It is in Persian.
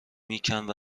میکند